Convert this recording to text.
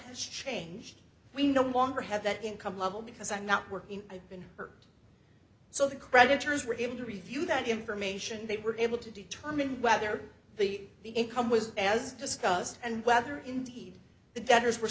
has changed we no longer have that income level because i'm not working i've been hurt so the creditors were able to review that information they were able to determine whether the the income was as discussed and whether indeed the debtors were